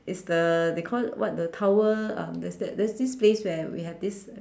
it's the they call it what the tower um there's that there's this place there we have this